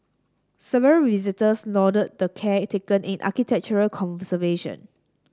several visitors lauded the care taken in architectural conservation